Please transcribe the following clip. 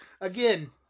Again